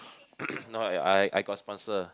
no I I got sponsor